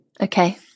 okay